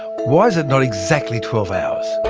why is it not exactly twelve hours?